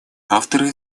авторы